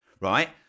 right